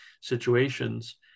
situations